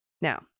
Now